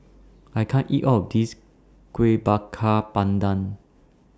I can't eat All of This Kuih Bakar Pandan